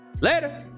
later